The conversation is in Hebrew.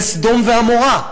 זה סדום ועמורה,